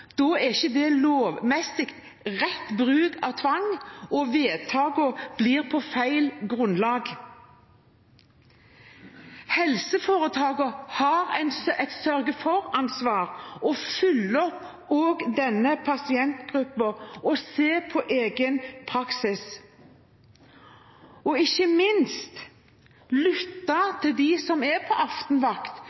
er ikke det lovmessig rett bruk av tvang, og vedtakene blir på feil grunnlag. Helseforetakene har et ansvar for å sørge for å følge opp denne pasientgruppen og se på egen praksis, og ikke minst lytte til dem som er på